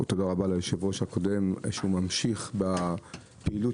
ותודה רבה ליושב-ראש הקודם שממשיך בפעילות